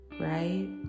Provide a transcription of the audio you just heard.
right